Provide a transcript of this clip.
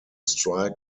strike